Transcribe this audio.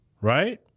right